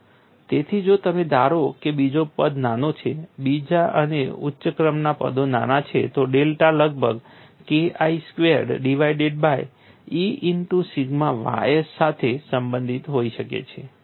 તેથી જો તમે ધારો કે બીજો પદ નાનો છે બીજા અને ઉચ્ચ ક્રમના પદો નાના છે તો ડેલ્ટા લગભગ KI squared divided by E into sigma ys સાથે સંબંધિત હોઈ શકે છે